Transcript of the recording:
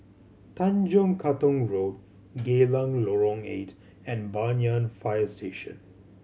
Tanjong Katong Road Geylang Lorong Eight and Banyan Fire Station